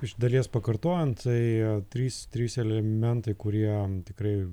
iš dalies pakartojant tai trys trys elementai kurie tikrai